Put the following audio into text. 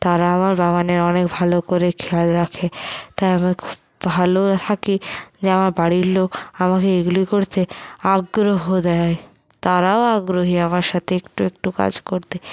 তারা আমার বাগানের অনেক ভালো করে খেয়াল রাখে তাই আমি খুব ভালো থাকি যে আমার বাড়ির লোক আমাকে এগুলি করতে আগ্রহ দেয় তারাও আগ্রহী আমার সাথে একটু একটু কাজ করতে